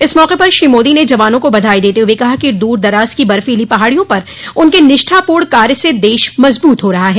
इस मौके पर श्री मोदी ने जवानों को बधाई देते हुए कहा कि दूरदराज की बर्फोलो पहाडियों पर उनके निष्ठापूर्ण कार्य से देश मजबूत हो रहा है